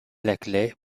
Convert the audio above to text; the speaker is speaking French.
laclais